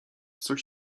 coś